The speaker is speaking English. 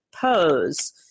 Pose